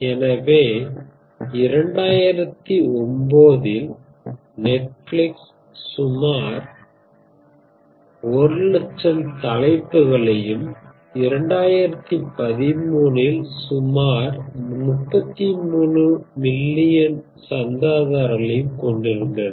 எனவே 2009 இல் Netflix சுமார் 100000 தலைப்புகளையும் 2013 இல் சுமார் 33 மில்லியன் சந்தாதாரர்களையும் கொண்டிருந்தது